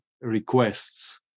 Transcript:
requests